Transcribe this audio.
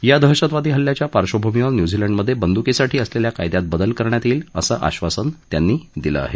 या दहशतवादी हल्ल्याच्या पार्वभूमीवर न्यूझीलंडमध्ये बंदुकीसाठी असलेल्या कायद्यात बदल करण्यात येईल असं आश्वासन त्यांनी दिलं आहे